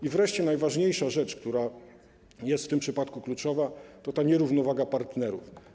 I wreszcie najważniejsza rzecz, która jest w tym przypadku kluczowa, czyli nierównowaga partnerów.